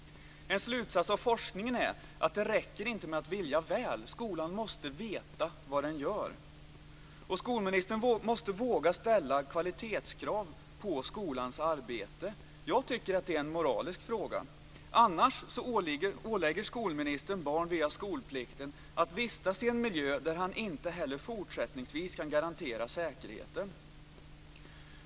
En slutsats av forskningen är att det inte räcker med att vilja väl. Skolan måste veta vad den gör. Skolministern måste våga ställa kvalitetskrav på skolans arbete. Jag tycker att det är en moralisk fråga. Annars ålägger skolministern barn via skolplikten att vistas i en miljö där han inte heller fortsättningsvis kan garantera säkerheten.